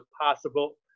possible